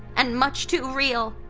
and much too real